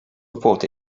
report